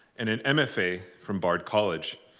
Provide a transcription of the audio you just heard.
and an mfa from bard college.